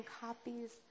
copies